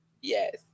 yes